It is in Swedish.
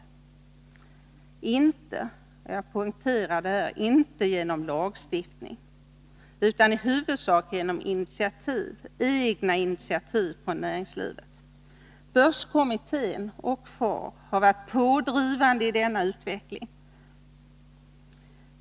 Det har inte skett — jag poängterar det — genom lagstiftning, utan i huvudsak genom egna initiativ från näringslivet. Börskommittén och FAR har varit pådrivande i denna utveckling.